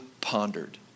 pondered